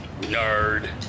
Nerd